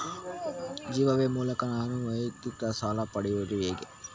ಜೀವ ವಿಮೆ ಮೂಲಕ ನಾನು ವೈಯಕ್ತಿಕ ಸಾಲ ಪಡೆಯುದು ಹೇಗೆ?